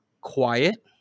quiet